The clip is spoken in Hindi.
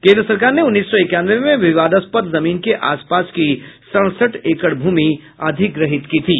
केन्द्र सरकार ने उन्नीस सौ इक्यानवें में विवादास्पद जमीन के आस पास की सड़सठ एकड़ भूमि अधिग्रहित की थी